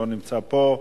לא נמצא פה.